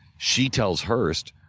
she tells hearst.